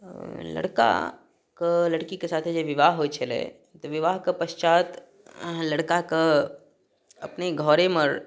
लड़काके लड़कीके साथे जे बिवाह होइ छलै तऽ बिवाहके पश्चात लड़काके अपने घरेमे